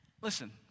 listen